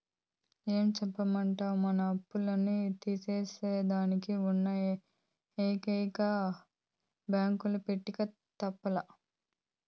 ఏం చెప్పేదమ్మీ, మన అప్పుల్ని తీర్సేదానికి ఉన్న ఎకరా కయ్య బాంకీల పెట్టక తప్పలా